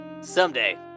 Someday